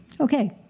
Okay